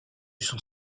son